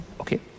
okay